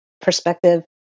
perspective